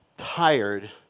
Tired